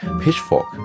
Pitchfork